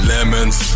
Lemons